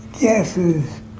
guesses